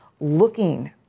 looking